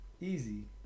easy